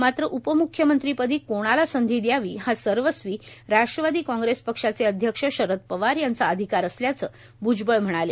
मात्र उपम्ख्यमंत्रीपदी कोणाला संधी द्यावी हा सर्वस्वी राष्ट्रवादी कॉग्रेस पक्षाचे अध्यक्ष शरद पवार यांचा अधिकार असल्याचं भ्जबळ म्हणाले